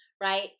right